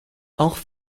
auch